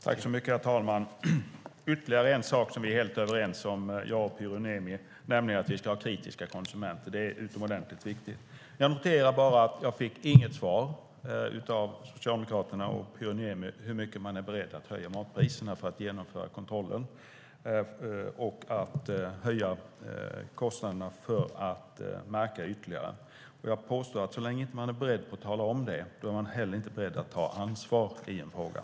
Herr talman! Ytterligare en sak som vi är helt överens om, jag och Pyry Niemi, är att vi ska ha kritiska konsumenter. Det är utomordentligt viktigt. Jag noterar bara att jag inte fick något svar från Socialdemokraterna och Pyry Niemi om hur mycket man är beredd att höja matpriserna för att genomföra kontrollen och höja kostnaderna för att märka ytterligare. Jag påstår att så länge man inte är beredd att tala om det är man inte heller beredd att ta ansvar i den frågan.